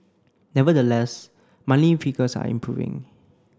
nevertheless monthly figures are improving